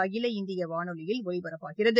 அகில இந்திய வானொலியில் ஒலிபரப்பாகிறது